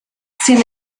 sin